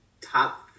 top